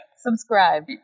Subscribe